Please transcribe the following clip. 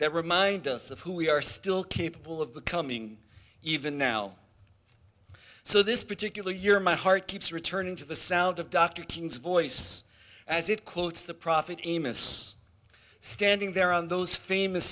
that remind us of who we are still capable of becoming even now so this particular year my heart keeps returning to the sound of dr king's voice as it quotes the prophet amos standing there on those famous